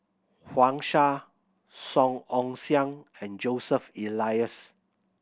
Wang Sha Song Ong Siang and Joseph Elias